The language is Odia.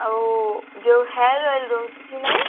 ଆଉ ଯେଉଁ ହେୟାର୍ ଅଏଲ୍ ରହୁଛି ନାଇଁ